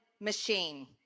machine